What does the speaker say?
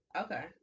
okay